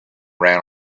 ran